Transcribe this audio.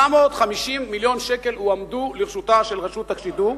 750 מיליון שקל הועמדו לרשותה של רשות השידור,